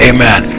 Amen